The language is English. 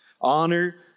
honor